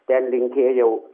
ten linkėjau